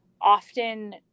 often